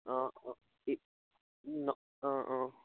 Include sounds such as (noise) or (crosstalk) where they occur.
অঁ অঁ (unintelligible) অঁ অঁ